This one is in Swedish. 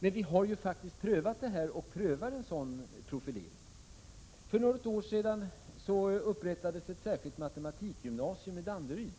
Men vi har faktiskt prövat och prövar en sådan profilering. För något år sedan upprättades nämligen ett särskilt matematikgymnasium i Danderyd.